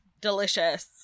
Delicious